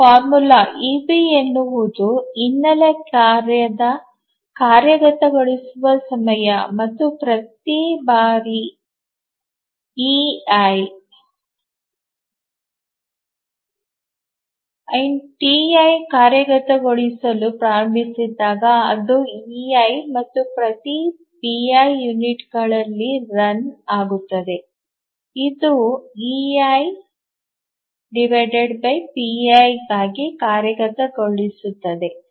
ಸೂತ್ರ ಇಬಿ ಎನ್ನುವುದು ಹಿನ್ನೆಲೆ ಕಾರ್ಯದ ಕಾರ್ಯಗತಗೊಳಿಸುವ ಸಮಯ ಮತ್ತು ಪ್ರತಿ ಬಾರಿ ಕಾರ್ಯ ಇಐ ಟಿಐ ಕಾರ್ಯಗತಗೊಳಿಸಲು ಪ್ರಾರಂಭಿಸಿದಾಗ ಅದು ಮತ್ತು ಪ್ರತಿ ಪೈ ಯುನಿಟ್ಗಳಲ್ಲಿ ರನ್ ಆಗುತ್ತದೆ ಇದು ಟಿಐ ಇಐ ಗಾಗಿ ಕಾರ್ಯಗತಗೊಳಿಸುತ್ತದೆ